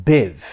Biv